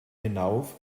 hinauf